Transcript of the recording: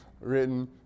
written